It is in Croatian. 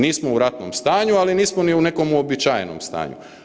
Nismo u ratnom stanju, ali nismo ni u nekom uobičajenom stanju.